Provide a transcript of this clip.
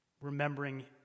remembering